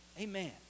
Amen